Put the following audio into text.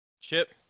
Chip